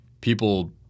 people